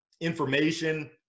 information